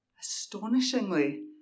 Astonishingly